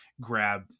grab